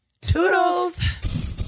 toodles